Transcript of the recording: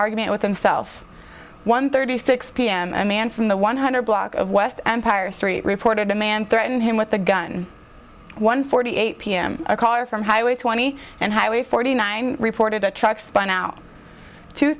argument with himself one thirty six p m a man from the one hundred block of west empire street reported a man threaten him with a gun one forty eight p m a caller from highway twenty and highway forty nine reported a truck spun out t